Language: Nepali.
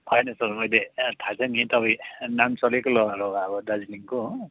होइन सर मलाई थाहा छ नि तपाईँ नाम चलेको लयर हो अब दार्जिलिङको हो